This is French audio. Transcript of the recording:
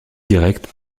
direct